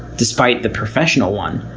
despite the professional one,